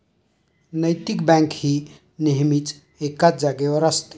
नैतिक बँक ही नेहमीच एकाच जागेवर असते